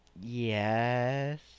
Yes